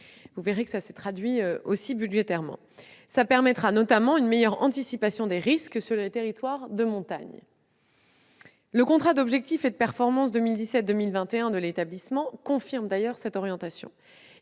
qui s'est également traduit budgétairement. Cela permettra notamment une meilleure anticipation des risques sur les territoires de montagne. Le contrat d'objectifs et de performance 2017-2021 de l'établissement confirme d'ailleurs cette orientation.